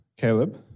Caleb